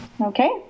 Okay